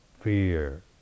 fear